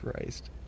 Christ